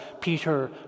Peter